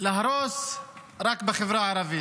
להרוס רק בחברה הערבית.